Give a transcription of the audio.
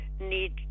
need